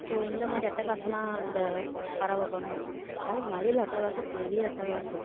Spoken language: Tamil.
ஸோ இந்த மாதிரி அட்டகாசெல்லாம் இந்த பறவை பண்ணும் அதுவும் மயில் அட்டகாசம் பெரிய அட்டகாசம்